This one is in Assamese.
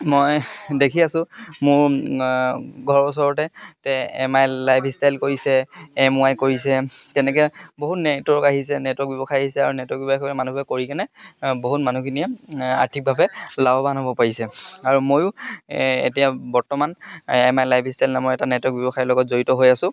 মই দেখি আছোঁ মোৰ ঘৰৰ ওচৰতে এম আই লাইফ ষ্টাইল কৰিছে এম ৱাই কৰিছে তেনেকৈ বহুত নেটৱৰ্ক আহিছে নেটৱৰ্ক ব্যৱসায় আহিছে আৰু নেটৱৰ্ক ব্যৱসায় মানুহে কৰি কেনে বহুত মানুহখিনিয়ে আৰ্থিকভাৱে লাভৱান হ'ব পাৰিছে আৰু ময়ো এতিয়া বৰ্তমান এম আই লাইফ ষ্টাইল নামৰ এটা নেটৱৰ্ক ব্যৱসায়ৰ লগত জড়িত হৈ আছোঁ